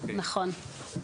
נכון.